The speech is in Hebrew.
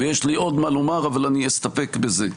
יש לי עוד מה לומר, אבל אני אסתפק בזה.